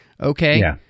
okay